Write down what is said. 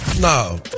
no